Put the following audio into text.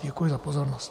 Děkuji za pozornost.